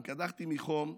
קדחתי מחום.